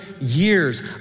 years